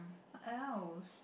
what else